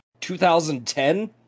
2010